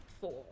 Four